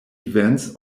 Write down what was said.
events